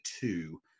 two